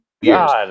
years